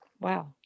Wow